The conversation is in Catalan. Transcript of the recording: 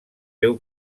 deu